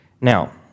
Now